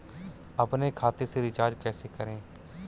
अपने खाते से रिचार्ज कैसे करें?